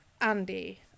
Andy